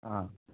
हां